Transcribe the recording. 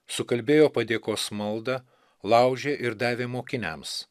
sukalbėjo padėkos maldą laužė ir davė mokiniams